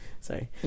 sorry